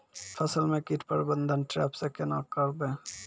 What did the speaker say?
फसल म कीट प्रबंधन ट्रेप से केना करबै?